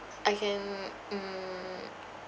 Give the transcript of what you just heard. I can mm